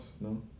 No